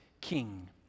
king